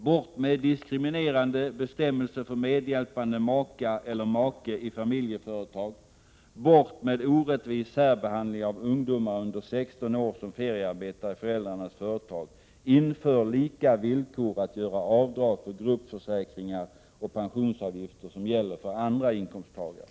Bort med diskriminerande bestämmelser för medhjälpande maka eller make i familjeföretag! Bort med orättvis särbehandling av ungdomar under 16 år, som feriearbetar i föräldrarnas företag! Inför lika villkor som för andra inkomsttagare då det gäller att göra avdrag för gruppsjukförsäkringar och pensionsavgifter!